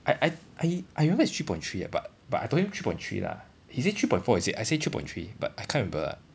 I I I I remember is three point three but but I told him three point three lah he say three point four is it I said three point three but I can't remember ah